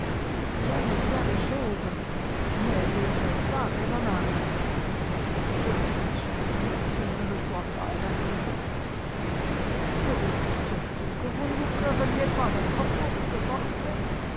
l'homme est bien des choses mais il n'est pas raisonnable je suis charmé qu'il ne le soit pas après tout je désire surtout que vous ne vous querelliez pas à propos de ce portrait